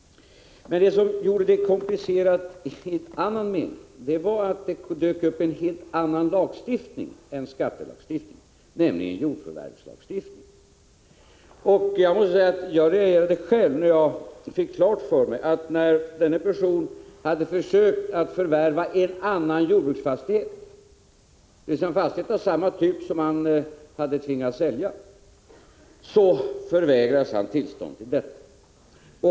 Men det som gjorde ärendet komplicerat i annan mening var att det dök upp en helt annan lagstiftning än skattelagstiftningen, nämligen jordförvärvslagstiftningen. Jag reagerade själv när jag fick klart för mig att denne person, när han försökte förvärva en annan jordbruksfastighet, dvs. en fastighet av samma typ som han hade tvingats sälja, förvägrades tillstånd till detta.